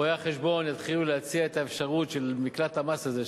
רואי-החשבון יתחילו להציע את האפשרות של מקלט המס הזה,